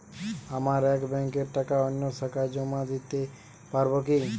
আমার এক ব্যাঙ্কের টাকা অন্য শাখায় জমা দিতে পারব কি?